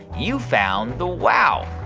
you found the wow.